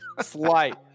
slight